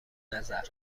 نظر